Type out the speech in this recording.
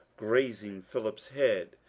grazing phillips's head,